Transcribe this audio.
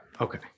Okay